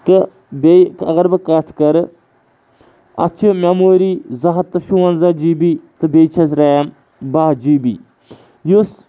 تہٕ بیٚیہِ اگر بہٕ کَتھ کَرٕ اَتھ چھِ مٮ۪موری زٕہَتھ تہٕ شُوَنٛزاہ جی بی تہٕ بیٚیہِ چھٮ۪س ریم باہہ جی بی یُس